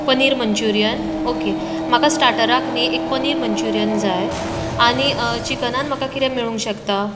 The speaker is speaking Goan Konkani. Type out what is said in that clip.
पनीर मंचुरियन ऑके म्हाका स्टार्टराक नी एक पनीर मंचुरीयन जाय आनी चिकनान म्हाक किरें मेळूं शकता